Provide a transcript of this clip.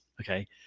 okay